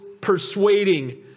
persuading